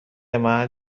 محل